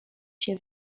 się